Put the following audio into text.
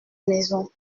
maison